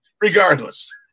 Regardless